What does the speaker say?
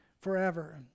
forever